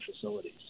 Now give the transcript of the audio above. facilities